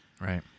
Right